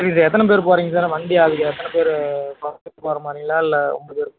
சரிங்க சார் எத்தனை பேர் போறீங்க சார் வண்டி அதுக்கு எத்தனை பேர் போகிற மாதிரிங்களா இல்லை